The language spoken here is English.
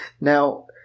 Now